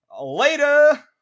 later